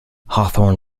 hawthorn